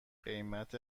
قیمت